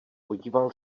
podíval